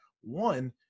one